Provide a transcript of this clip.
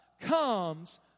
comes